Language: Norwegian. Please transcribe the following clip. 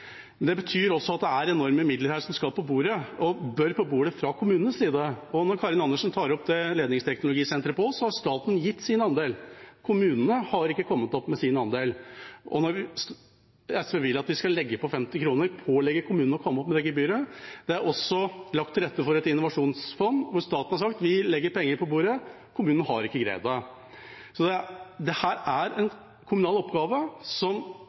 bør på bordet, fra kommunenes side. Og når Karin Andersen tar opp ledningsteknologisenteret på Ås: Staten har gitt sin andel, kommunene har ikke kommet opp med sin andel. SV vil at vi skal legge på 50 kr og pålegge kommunene å komme opp med det gebyret, men det er også lagt til rette for et innovasjonsfond, hvor staten har sagt: Vi legger penger på bordet. Kommunen har ikke greid det. Dette er en kommunal oppgave.